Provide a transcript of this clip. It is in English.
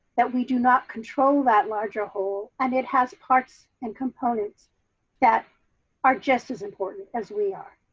that we do not control that larger whole, and it has parts and components that are just as important as we are.